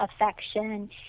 affection